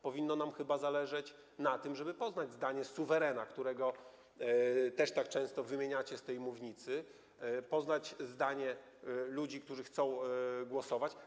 Powinno nam chyba zależeć na tym, żeby poznać zdanie suwerena, którego też tak często wymieniacie z tej mównicy, poznać zdanie jak największej liczby ludzi, którzy chcą głosować.